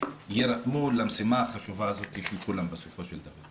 שיירתמו למשימה החשובה הזאת של כולם בסופו של דבר.